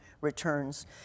returns